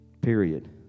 Period